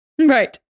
Right